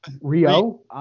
Rio